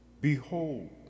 Behold